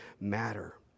matter